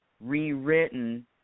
rewritten